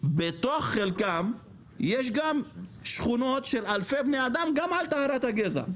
בתוך חלקם יש שכונות של בני אדם שהן גם על טהרת הגזע.